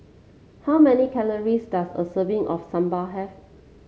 how many calories does a serving of sambal have